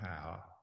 power